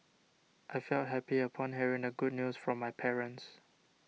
I felt happy upon hearing the good news from my parents